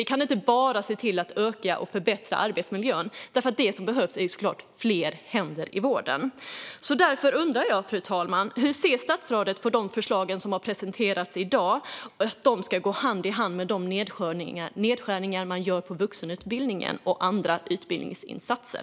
Vi kan inte bara se till att förbättra arbetsmiljön; det som behövs är såklart fler händer i vården. Därför undrar jag, fru talman, hur statsrådet ser att de förslag som har presenterats i dag ska gå hand i hand med de nedskärningar man gör på vuxenutbildningen och andra utbildningsinsatser.